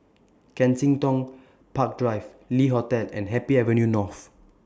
Kensington Park Drive Le Hotel and Happy Avenue North